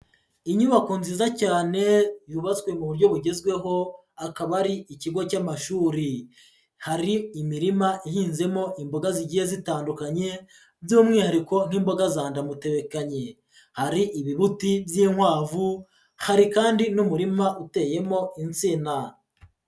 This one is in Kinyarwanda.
Inyubako nziza cyane yubatswe mu buryo bugezweho, akaba ari ikigo cy'amashuri, hari imirima ihinzemo imboga zigiye zitandukanye, by'umwihariko nk'imboga za ndamutebekanye, hari ibibuti by'inkwavu, hari kandi n'umurima uteyemo insina.